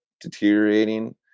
deteriorating